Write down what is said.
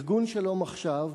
ארגון "שלום עכשיו",